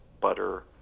butter